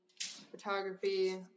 photography